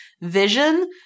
vision